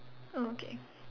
oh okay